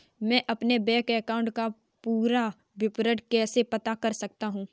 मैं अपने bank account का पूरा विवरण कैसे पता कर सकता हूँ?